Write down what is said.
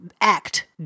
Act